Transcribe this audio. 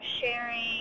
sharing